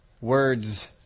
Word's